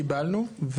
קיבלנו.